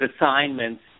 assignments